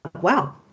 wow